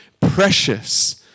precious